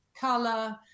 color